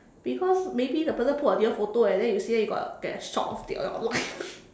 because maybe the person put a different photo and then you see then you get got a shock of your life